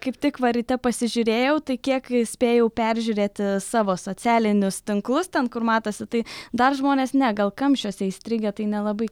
kaip tik va ryte pasižiūrėjau tai kiek spėjau peržiūrėti savo socialinius tinklus ten kur matosi tai dar žmonės ne gal kamščiuose įstrigę tai nelabai